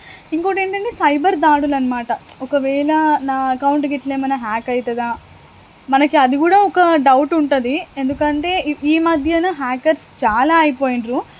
ఇంకొకటేంటంటే సైబర్ దాడులనమాట ఒకవేళ నా అకౌంట్ గిట్ల ఏమన్నా హ్యాక్ అవుతుందా మనకి అది కూడా ఒక డౌట్ ఉంటుంది ఎందుకంటే ఈ మధ్యన హ్యాకర్స్ చాలా అయిపోయినారు